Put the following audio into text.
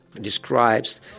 describes